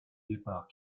départ